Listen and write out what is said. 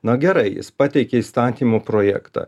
na gerai jis pateikė įstatymo projektą